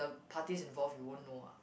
parties involved you won't know ah